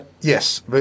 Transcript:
yes